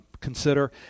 consider